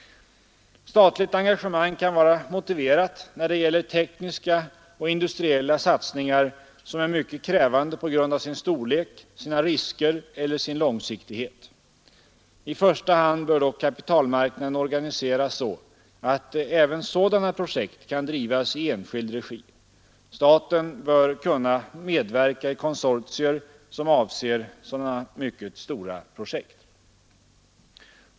Statligt engagemang kan vara motiverat när det gäller tekniska och industriella satsningar som är mycket krävande på grund av sin storlek, sina risker eller sin långsiktighet. I första hand bör dock kapitalmarknaden organiseras så att även sådana projekt kan drivas i enskild regi. Staten bör kunna medverka i konsortier som avser sådana mycket stora projekt.